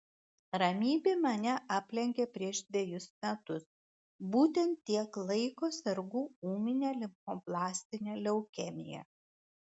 ramybė mane aplenkė prieš dvejus metus būtent tiek laiko sergu ūmine limfoblastine leukemija